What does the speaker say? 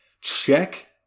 Check